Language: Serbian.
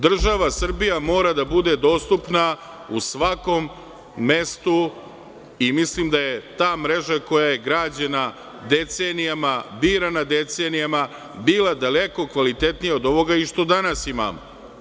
Država Srbija mora da bude dostupna u svakom mestu i mislim da je ta mreža koja je građena decenijama, birana decenijama, bila daleko kvalitetnija od ovoga i što danas imamo.